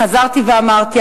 חזרתי ואמרתי,